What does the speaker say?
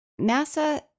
NASA